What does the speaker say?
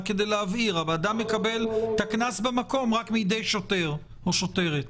הבן אדם מקבל את הקנס במקום בידי שוטר או שוטרת.